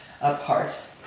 apart